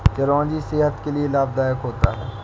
चिरौंजी सेहत के लिए लाभदायक होता है